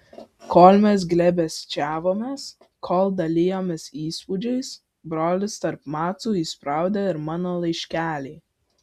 kol mes glėbesčiavomės kol dalijomės įspūdžiais brolis tarp macų įspraudė ir mano laiškelį